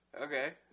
Okay